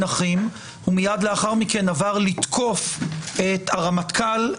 אחים ומייד לאחר מכן עבר לתקוף את הרמטכ"ל,